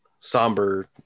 somber